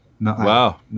Wow